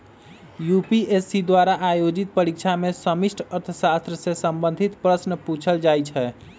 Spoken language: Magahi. यू.पी.एस.सी द्वारा आयोजित परीक्षा में समष्टि अर्थशास्त्र से संबंधित प्रश्न पूछल जाइ छै